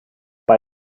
bei